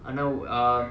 ஆனா:aanaa uh